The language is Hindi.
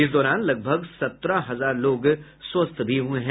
इस दौरान लगभग सत्रह हजार लोग स्वस्थ भी हुए हैं